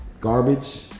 garbage